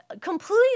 completely